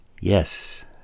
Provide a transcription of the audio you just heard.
yes